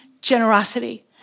generosity